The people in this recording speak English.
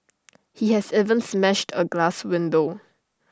he has even smashed A glass window